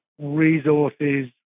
resources